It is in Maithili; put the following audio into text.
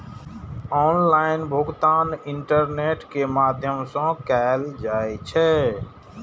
ऑनलाइन भुगतान इंटरनेट के माध्यम सं कैल जाइ छै